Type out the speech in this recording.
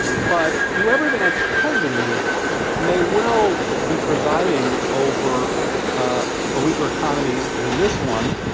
but whoever the next president is may well be presiding over a weaker economy than this one.